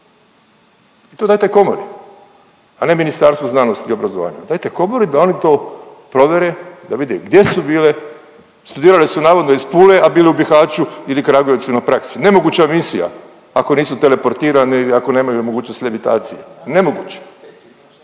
To dajte Komori, a ne Ministarstvu znanosti i obrazovanja. Dajte Komori da oni to provjere, da vide gdje su bile, studirale su navodno iz Pule, a bile u Bihaću ili Kragujevcu na praksi. Nemoguća misija ako nisu teleportirane ili ako nemaju mogućnost …/Govornik se